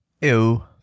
Ew